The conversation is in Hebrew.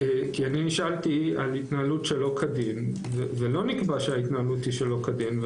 כי נשאלתי על התנהלות שלא כדין ולא נקבע שההתנהלות היא שלא כדין,